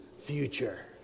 future